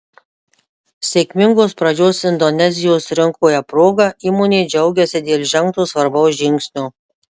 sėkmingos pradžios indonezijos rinkoje proga įmonė džiaugiasi dėl žengto svarbaus žingsnio